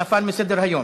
נפל מסדר-היום.